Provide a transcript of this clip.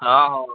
ହଁ ହଉନ୍